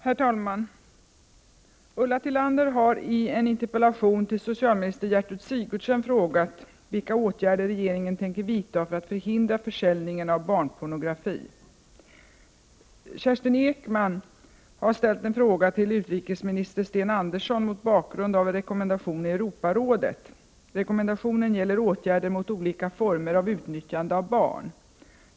Herr talman! Ulla Tillander har i en interpellation till socialminister Gertrud Sigurdsen frågat vilka åtgärder regeringen tänker vidta för att förhindra försäljningen av barnpornografi. Kerstin Ekman har ställt en fråga till utrikesminister Sten Andersson mot bakgrund av en rekommendation i Europarådet. Rekommendationen gäller åtgärder mot olika former av utnyttjande av barn.